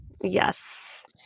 Yes